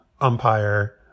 umpire